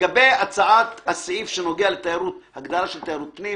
לגבי הצעת הסעיף שנוגע להגדרה של תיירות פנים,